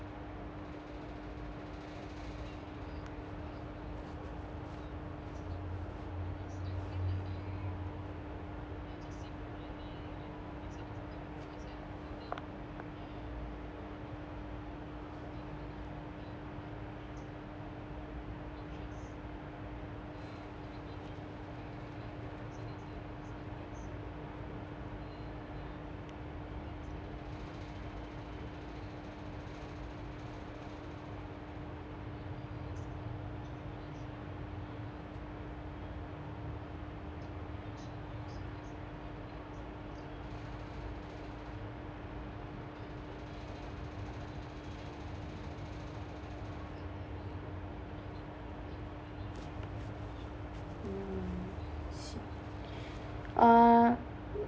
mm I see uh